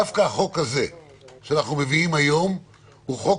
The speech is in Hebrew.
דווקא החוק שאנחנו מביאים היום הוא חוק